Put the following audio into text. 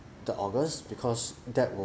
third august because that will